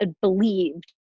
believed